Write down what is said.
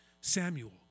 Samuel